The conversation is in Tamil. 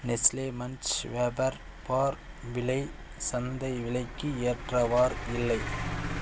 நெஸ்லே மன்ச் வேஃபர் பார் விலை சந்தை விலைக்கு ஏற்றவாறு இல்லை